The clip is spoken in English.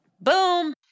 boom